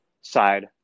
side